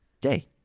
day